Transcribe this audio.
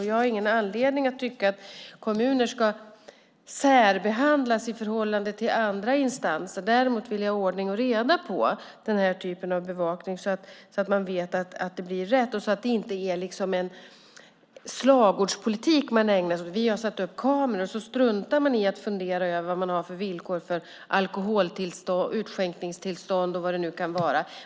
Jag har ingen anledning att tycka att kommuner ska särbehandlas i förhållande till andra instanser. Däremot vill jag ha ordning och reda i den här typen av bevakning så att man vet att det blir rätt och så att det inte blir en slagordspolitik man ägnar sig åt. Man ska inte bara säga att man har satt upp kameror och sedan strunta i att fundera över vad man har för villkor för alkoholutskänkningstillstånd och vad det nu kan vara.